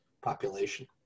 population